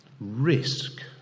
risk